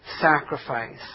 sacrifice